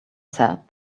said